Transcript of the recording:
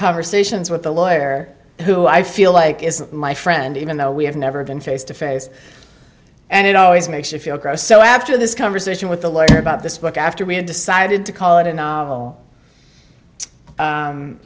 conversations with the lawyer who i feel like is my friend even though we have never been face to face and it always makes me feel gross so after this conversation with the lawyer about this book after we had decided to call it a novel